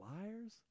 liars